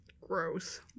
Gross